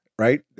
Right